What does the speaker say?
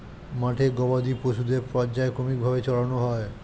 মাঠে গবাদি পশুদের পর্যায়ক্রমিক ভাবে চরানো হয়